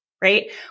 right